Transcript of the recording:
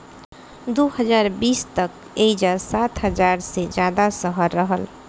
दू हज़ार बीस तक एइजा सात हज़ार से ज्यादा शहर रहल